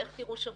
איך תראו שבוע?